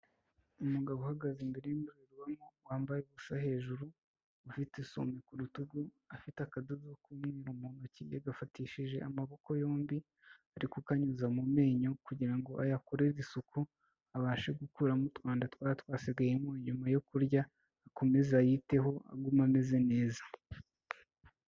Umugabo uhagaze imbere y'indorerwamo, wambaye ubusa hejuru, ufite isume ku rutugu, afite akadodo k'umweru mu ntoki yagafatishije amaboko yombi, ari kukanyuza mu menyo kugira ngo ayakorere isuku, abashe gukuramo utwanda twaba twasigayemo nyuma yo kurya, akomeze ayiteho aguma ameze neza.